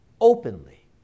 openly